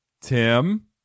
Tim